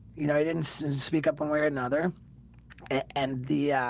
you know i didn't speak up one way or another and the